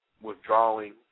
withdrawing